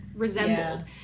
resembled